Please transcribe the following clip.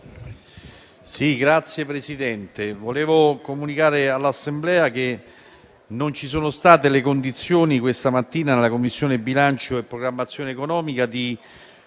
Grazie, Presidente,